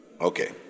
Okay